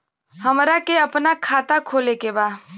हमरा के अपना खाता खोले के बा?